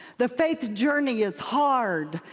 the faith journey is hard.